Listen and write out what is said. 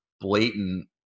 blatant